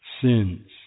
sins